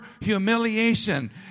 humiliation